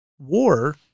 War